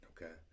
Okay